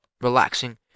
relaxing